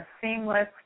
seamless